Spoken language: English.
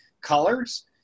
colors